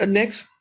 next